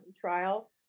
trial